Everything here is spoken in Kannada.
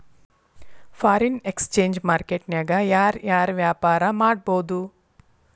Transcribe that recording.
ಫಾರಿನ್ ಎಕ್ಸ್ಚೆಂಜ್ ಮಾರ್ಕೆಟ್ ನ್ಯಾಗ ಯಾರ್ ಯಾರ್ ವ್ಯಾಪಾರಾ ಮಾಡ್ಬೊದು?